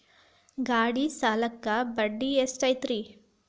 ಗಾಡಿ ಸಾಲಕ್ಕ ಬಡ್ಡಿ ಎಷ್ಟೈತ್ರಿ?